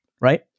right